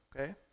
okay